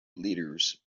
leaders